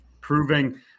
proving